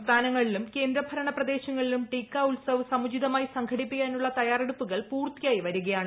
സംസ്ഥാനങ്ങളിലും കേന്ദ്രഭരണ പ്രിദ്ദേൾങ്ങളിലും ടീക്കാ ഉത്സവ് സമുചിതമായി സംഘടിപ്പിക്കാനു്ള്ള തയാറെടുപ്പുകൾ പൂർത്തിയായി വരികയാണ്